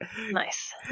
Nice